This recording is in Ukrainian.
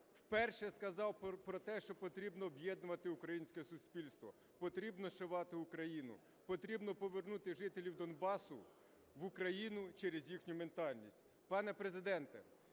вперше сказав про те, що потрібно об'єднувати українське суспільство, потрібно зшивати Україну, потрібно повернути жителів Донбасу в Україну через їхню ментальність.